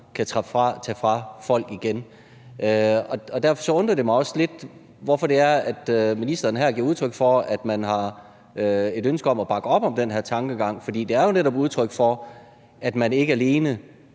kan tage fra folk igen. Derfor undrer det mig også lidt, at ministeren her giver udtryk for, at man har et ønske om at bakke op om den her tankegang, for det er jo netop udtryk for, at man ikke alene